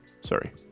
sorry